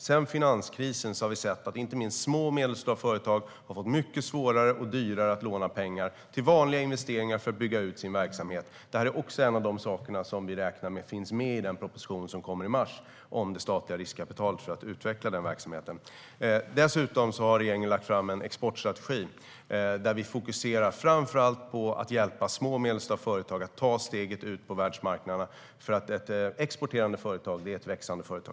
Sedan finanskrisen har vi sett att det inte minst för små och medelstora företag har blivit mycket svårare och dyrare att låna pengar till vanliga investeringar för att bygga ut sin verksamhet. Detta är också en av de saker som vi räknar med finns med i den proposition om det statliga riskkapitalet och om att utveckla den verksamheten som kommer i mars. Dessutom har regeringen lagt fram en exportstrategi där vi fokuserar framför allt på att hjälpa små och medelstora företag att ta steget ut på världsmarknaden. Ett exporterande företag är nämligen ett växande företag.